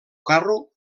carro